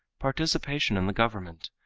participation in the government,